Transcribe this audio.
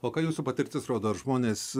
o ką jūsų patirtis rodo ar žmonės